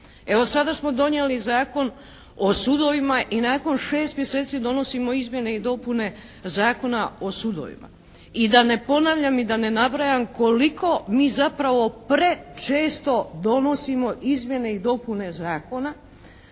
Evo sada smo donijeli Zakon o sudovima i nakon šest mjeseci donosimo izmjene i dopune Zakona o sudovima. I da ne ponavljam i da ne nabrajam koliko mi zapravo prečesto donosimo izmjene i dopune zakona,